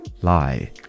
lie